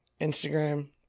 Instagram